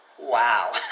Wow